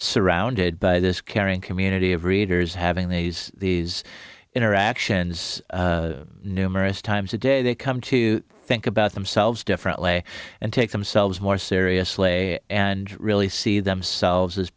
surrounded by this caring community of readers having these these interactions numerous times a day they come to think about themselves differently and take themselves more serious lay and really see themselves as